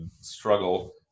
struggle